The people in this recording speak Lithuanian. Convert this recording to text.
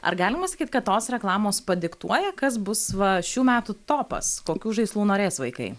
ar galima sakyt kad tos reklamos padiktuoja kas bus va šių metų topas kokių žaislų norės vaikai